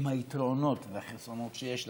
עם היתרונות והחסרונות שיש לה,